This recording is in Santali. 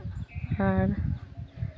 ᱟᱨ